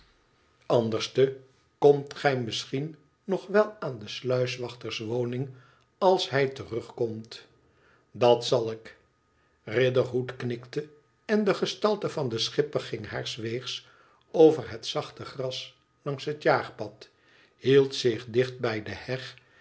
komt gij misschien nog wel aan de sluiswachters woning als hij terugkomt dat zal ik riderhood knikte en de gestalte van den schipper ging haars weegs over het zachte gras langs het jaagpad hield zich dicht bij de heg